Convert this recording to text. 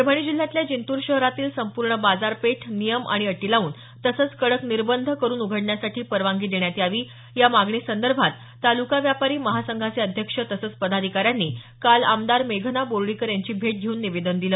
परभणी जिल्ह्यातल्या जिंतूर शहरातील संपूर्ण बाजारपेठ नियम आणि अटी लावून तसंच कडक निर्बंध करून उघडण्यासाठी परवानगी देण्यात यावी या मागणीसंदर्भात तालुका व्यापारी महासंघाचे अध्यक्ष तसंच पदाधिकाऱ्यांनी काल आमदार मेघना बोर्डीकर यांची भेट घेऊन निवेदन दिलं